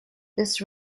this